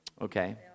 Okay